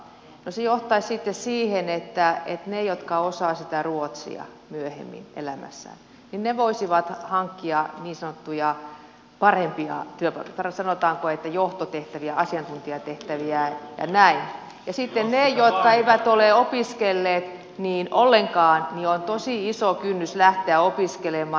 no se johtaisi sitten siihen että ne jotka osaavat sitä ruotsia myöhemmin elämässään voisivat hankkia niin sanottuja parempia työpaikkoja sanotaanko että johtotehtäviä asiantuntijatehtäviä ja näin mutta niillä jotka eivät ole opiskelleet ollenkaan on tosi iso kynnys lähteä opiskelemaan